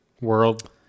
World